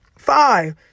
Five